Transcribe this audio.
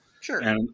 Sure